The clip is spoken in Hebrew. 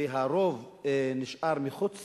והרוב נשארים מחוץ